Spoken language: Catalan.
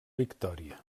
victòria